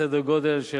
בסדר-גודל של